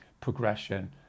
progression